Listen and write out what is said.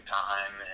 time